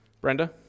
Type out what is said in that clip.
Brenda